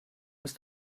ist